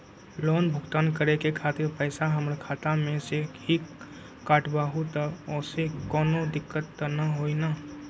Loan भुगतान करे के खातिर पैसा हमर खाता में से ही काटबहु त ओसे कौनो दिक्कत त न होई न?